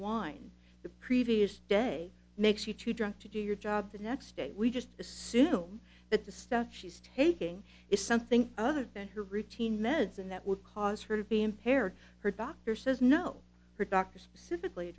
wine the previous day makes you too drunk to do your job the next day we just assume that the stuff she's taking is something other than her routine meds and that would cause her to be impaired her doctor says no her doctor specifically